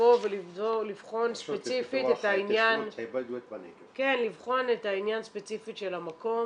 לבוא ולבחון ספציפית את העניין של המקום,